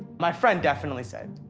my friend definitely said,